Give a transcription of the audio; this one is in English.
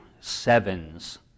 sevens